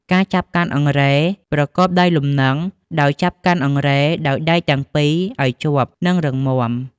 ការចាប់កាន់អង្រែប្រកបដោយលំនឹង ដោយចាប់កាន់អង្រែដោយដៃទាំងពីរឱ្យជាប់ និងរឹងមាំ។